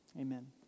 Amen